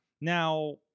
Now